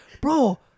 bro